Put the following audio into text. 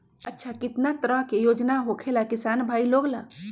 अच्छा कितना तरह के योजना होखेला किसान भाई लोग ला?